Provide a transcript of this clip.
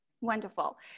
wonderful